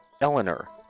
Eleanor